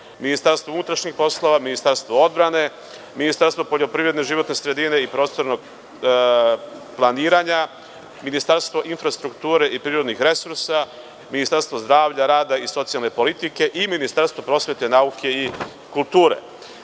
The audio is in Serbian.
Ministarstvo unutrašnjih poslova, Ministarstvo odbrane, Ministarstvo poljoprivrede, životne sredine i prostornog planiranja, Ministarstvo infrastrukture i prirodnih resursa, Ministarstvo zdravlja, rada i socijalne politike i Ministarstvo prosvete, nauke i kulture. Potpuno